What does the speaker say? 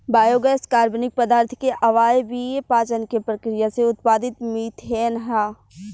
biogas कार्बनिक पदार्थ के अवायवीय पाचन के प्रक्रिया से उत्पादित मिथेन ह